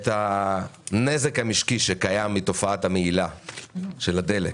את הנזק המשקי שקיים מתופעת המהילה של הדלק,